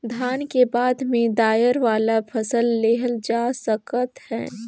धान के बाद में दायर वाला फसल लेहल जा सकत हे